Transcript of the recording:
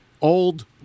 Old